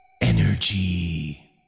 Energy